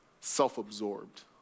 self-absorbed